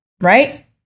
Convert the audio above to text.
right